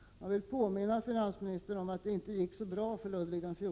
Jag vill påminna finansministern om att det inte gick så bra för Ludvig XV.